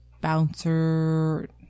bouncer